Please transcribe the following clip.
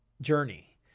journey